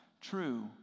true